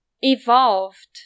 evolved